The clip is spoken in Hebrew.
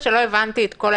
וזה עניין של ניסיון,